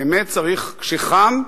באמת צריך כשחם,